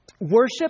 Worship